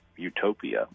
utopia